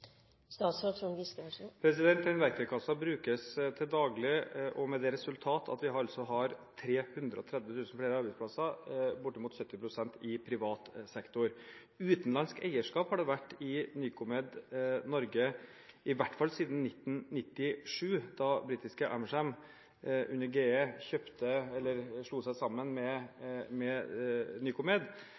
Den verktøykassen brukes til daglig, og med det resultat at vi altså har 330 000 flere arbeidsplasser, bortimot 70 pst. i privat sektor. Utenlandsk eierskap har det vært i Nycomed Norge i hvert fall siden 1997, da britiske Amersham under GE slo seg sammen med Nycomed.